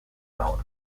town